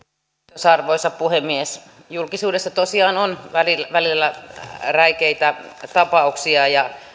arvoisa puhemies julkisuudessa tosiaan on välillä välillä räikeitä tapauksia ja